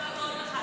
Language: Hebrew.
כל הכבוד לך.